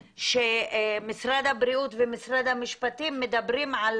שמשרד הבריאות ומשרד המשפטים מדברים על